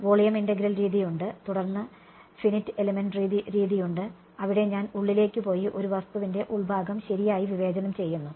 volume integral രീതിയുണ്ട് തുടർന്ന് finite element രീതിയുണ്ട് അവിടെ ഞാൻ ഉള്ളിലേക്ക് പോയി ഒരു വസ്തുവിന്റെ ഉൾഭാഗം ശരിയായി വിവേചനം ചെയ്യുന്നു